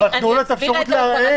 תנו לו את האפשרות לערער.